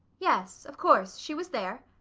yes, of course, she was there.